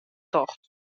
tocht